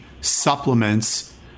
supplements